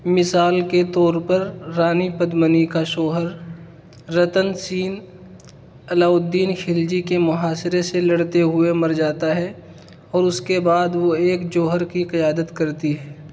مثال کے طور پر رانی پدمنی کا شوہر رتن سین علاءالدین خلجی کے محاصرے سے لڑتے ہوئے مر جاتا ہے اور اس کے بعد وہ ایک جوہر کی قیادت کرتی ہے